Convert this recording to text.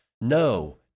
No